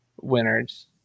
winners